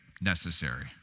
necessary